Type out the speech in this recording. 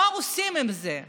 מה עושים עם זה.